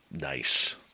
nice